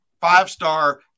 five-star